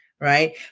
Right